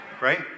Right